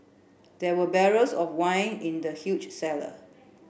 there were barrels of wine in the huge cellar